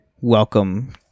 welcome